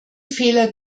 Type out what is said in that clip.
fehler